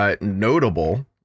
notable